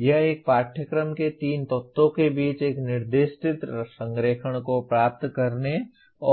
यह एक पाठ्यक्रम के तीन तत्वों के बीच एक निर्दिष्ट संरेखण को प्राप्त करने